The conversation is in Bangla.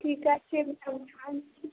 ঠিক আছে ম্যাডাম ছাড়ছি